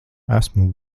esmu